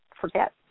forget